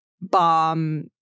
bomb